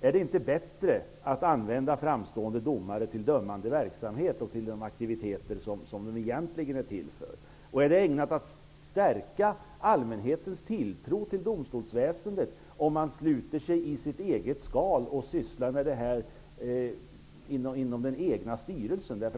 Är det inte bättre att använda framstående domare till dömande verksamhet och de aktiviteter som de egentligen är till för? Är det ägnat att stärka allmänhetens tilltro till domstolsväsendet om man sluter sig i sitt eget skal och sysslar med detta inom den egna styrelsen?